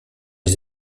les